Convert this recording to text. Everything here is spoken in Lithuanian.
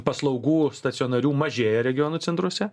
paslaugų stacionarių mažėja regionų centruose